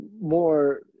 more